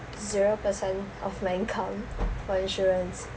zero percent of my income for insurance